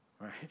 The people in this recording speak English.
right